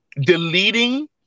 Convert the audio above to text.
deleting